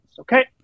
okay